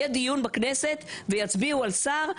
יהיה דיון בכנסת ויצביעו על שר,